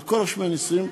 על כל רושמי הנישואים,